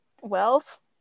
Wealth